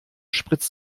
spritzt